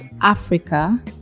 Africa